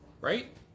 Right